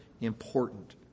important